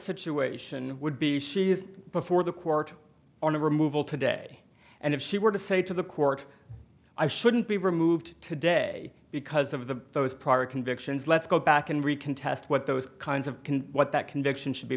situation would be she is before the court on a removal today and if she were to say to the court i shouldn't be removed today because of the those prior convictions let's go back and recontest what those kinds of can what that conviction should be